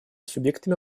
субъектами